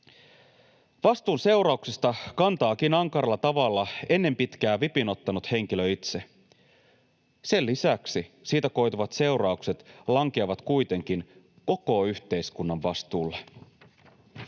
Vastuun seurauksista kantaakin ankaralla tavalla ennen pitkää vipin ottanut henkilö itse. Sen lisäksi siitä koituvat seuraukset lankeavat kuitenkin koko yhteiskunnan vastuulle.